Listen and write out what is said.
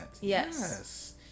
Yes